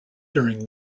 during